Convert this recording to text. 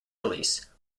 release